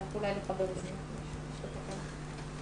תביאו לנו את הכסף.